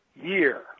year